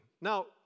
Now